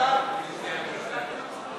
משרד הבריאות, לשנת התקציב 2015,